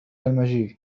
المجيء